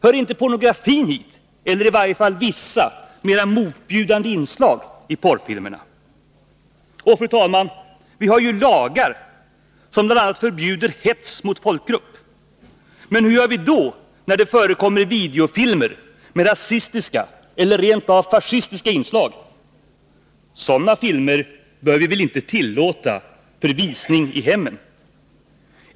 Hör inte pronografin hit, eller i varje fall vissa mera motbjudande inslag i porrfilmerna? Och vidare, fru talman, vi har ju lagar som bl.a. förbjuder hets mot folkgrupp. Men hur gör vi då, när det förekommer videofilmer med rasistiska eller rent av fascistiska inslag? Sådana filmer bör vi väl inte tillåta för visning i hemmen.